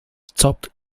top